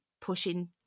pushing